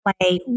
play